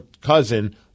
cousin